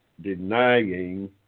denying